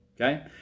okay